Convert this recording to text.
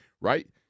right